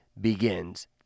begins